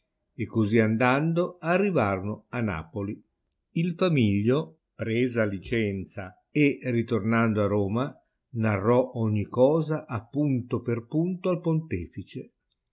e così andando arrivarono a napoli il famiglio presa licenza e ritornando a roma narrò ogni cosa a punto per punto al pontefice